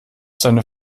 seine